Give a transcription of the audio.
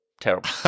Terrible